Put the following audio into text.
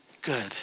good